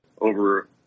Over